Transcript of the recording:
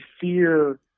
fear